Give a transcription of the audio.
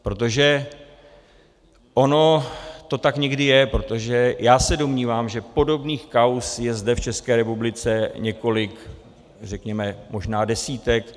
Protože ono to tak někdy je, protože já se domnívám, že podobných kauz je zde v České republice několik, řekněme, možná desítek.